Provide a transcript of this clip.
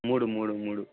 మూడు మూడు మూడు